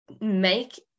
make